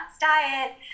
diet